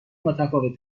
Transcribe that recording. متفاوت